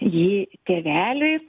jį tėveliui